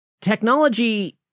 Technology